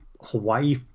Hawaii